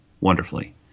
wonderfully